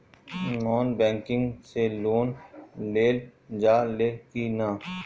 Non banking से loan लेल जा ले कि ना?